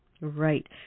Right